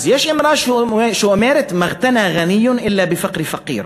אז יש אמרה שאומרת: מא אע'תנא ע'ני אלא בפקר פקיר,